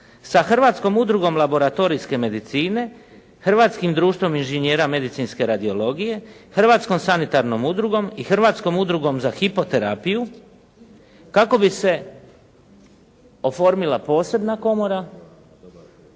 sa Hrvatskom udrugom laboratorijske medicine, Hrvatskim društvom inženjera medicinske radiologije, Hrvatskom sanitarnom udrugom i Hrvatskom udrugom za hipoterapiju kako bi se oformila posebna komora